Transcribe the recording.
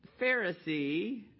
Pharisee